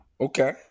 Okay